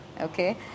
Okay